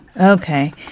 Okay